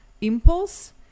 impulse